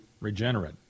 regenerate